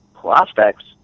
prospects